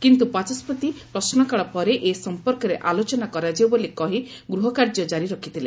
କିନ୍ତୁ ବାଚସ୍କତି ପ୍ରଶ୍ନକାଳ ପରେ ଏ ସମ୍ପର୍କରେ ଆଲୋଚନା କରାଯିବ ବୋଲି କହି ଗୃହକାର୍ଯ୍ୟ ଜାରି ରଖିଥିଲେ